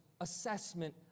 assessment